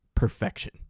perfection